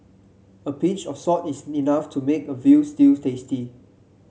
a pinch of salt is enough to make a veal stew tasty